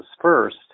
first